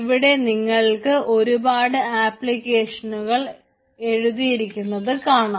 ഇവിടെ നിങ്ങൾക്ക് ഒരുപാട് ആപ്ലിക്കേഷനുകൾ എഴുതിയിരിക്കുന്നത് കാണാം